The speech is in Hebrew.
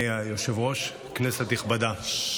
אדוני היושב-ראש, כנסת נכבדה,